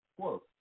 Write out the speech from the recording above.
quote